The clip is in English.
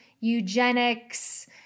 eugenics